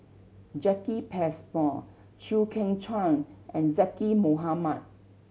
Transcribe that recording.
Jacki Passmore Chew Kheng Chuan and Zaqy Mohamad